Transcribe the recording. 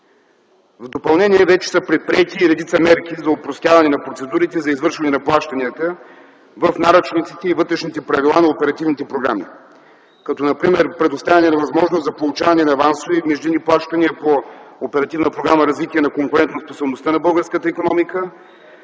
В допълнение вече са предприети и редица мерки за опростяване на процедурите за извършване на плащанията в наръчниците и вътрешните правила на оперативните програми. Например, предоставяне на възможност за получаване на авансови и междинни плащания по Оперативна програма „Развитие